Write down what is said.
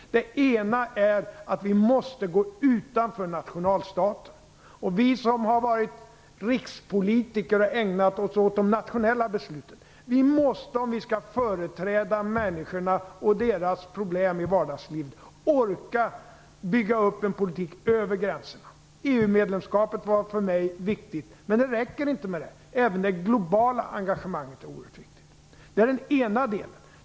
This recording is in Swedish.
Den ena är att vi måste gå utanför nationalstaten. Vi som har varit rikspolitiker och ägnat oss åt nationella beslut måste, om vi skall företräda människorna och deras problem i vardagslivet, orka bygga upp en politik över gränserna. EU-medlemskapet var för mig viktigt, men det räcker inte med det. Även det globala engagemanget är oerhört viktigt.